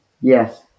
Yes